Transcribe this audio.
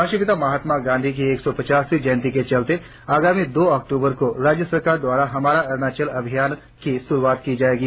राष्ट्रीय पिता महात्मा गांधी की एक सौ पचासवीं जयंती के चलते आगामी दो अक्टूबर को राज्य सरकार द्वारा हमारा अरुणाचल अभियान की शुरुआत की जायेगी